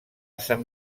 sant